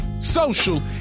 social